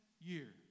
year